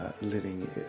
living